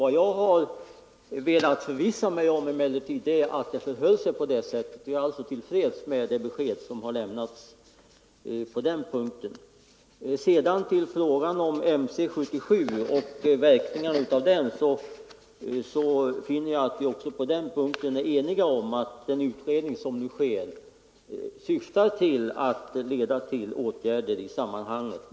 Vad jag velat förvissa mig om är emellertid att det förhåller sig på det sättet, och jag är alltså till freds med det besked som lämnats på den punkten. När det gäller MC 77 och dess verkningar finner jag att vi även på den punkten är eniga om att den utredning som nu sker syftar till att åtgärder skall vidtas.